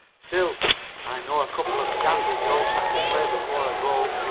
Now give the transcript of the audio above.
still i know a couple of dandy jokes i could play before i go.